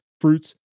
fruits